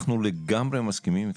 אנחנו לגמרי מסכימים איתכם.